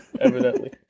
evidently